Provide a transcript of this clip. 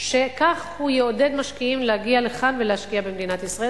שכך הוא יעודד משקיעים להגיע לכאן ולהשקיע במדינת ישראל,